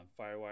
Firewire